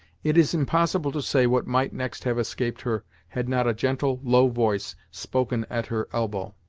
it is impossible to say what might next have escaped her had not a gentle, low voice spoken at her elbow.